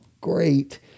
great